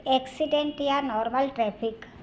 accident या normal traffic